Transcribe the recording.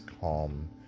calm